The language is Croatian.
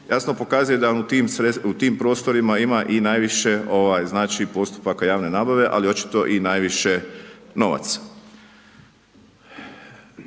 jasno pokazuje da u tim prostorima ima i najviše, znači, postupaka javne nabave, ali očito i najviše novaca.